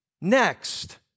next